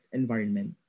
environment